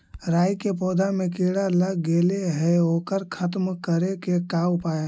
राई के पौधा में किड़ा लग गेले हे ओकर खत्म करे के का उपाय है?